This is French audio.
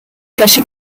cachée